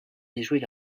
déjouer